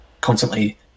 constantly